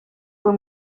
fui